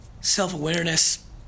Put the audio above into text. self-awareness